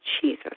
Jesus